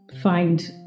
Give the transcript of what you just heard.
find